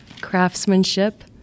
craftsmanship